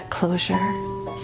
closure